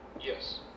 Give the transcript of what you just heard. Yes